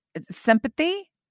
sympathy